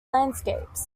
landscapes